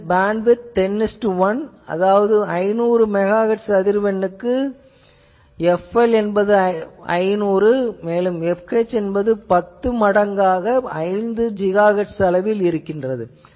இதன் பேண்ட்விட்த் 10 1 அதாவது 500 MHz அதிர்வெண்ணுக்கு fL என்பது 500 மேலும் fH என்பது 10 மடங்காக 5 GHz ஆகும்